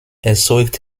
erzeugt